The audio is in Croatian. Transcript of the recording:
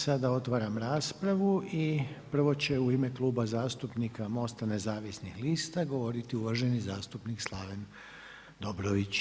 Sada otvaram raspravu i prvo će u ime Kluba zastupnika MOST-a nezavisnih lista, govoriti uvaženi zastupnik Slaven Dobrović.